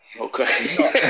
Okay